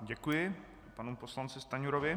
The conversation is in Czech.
Děkuji panu poslanci Stanjurovi.